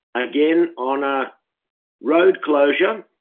again on a road closure,